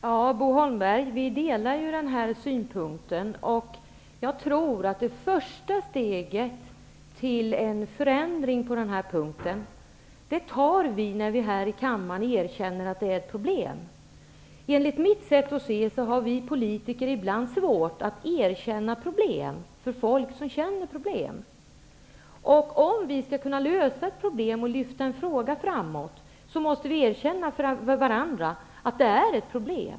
Herr talman! Bo Holmberg och jag delar ju den här synpunkten. Jag tror att vi tar det första steget till en förändring när det gäller detta när vi här i kammaren erkänner att detta är ett problem. Inför folk som upplever sig ha problem, har vi politiker ibland svårt att erkänna att det verkligen rör sig om ett problem. Om vi skall kunna lösa ett problem och lyfta en fråga framåt, måste vi erkänna för varandra att det är ett problem.